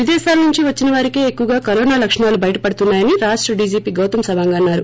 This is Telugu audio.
విదేశాల నుంచి వచ్చిన వారికే ఎక్కువగా కరోనా లక్షణాలు బయట పడుతున్నాయని రాష్ట డీజీపీ గౌతమ్ సవాంగ్ అన్నారు